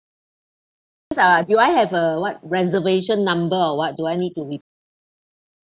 uh do I have a what reservation number or what do I need to be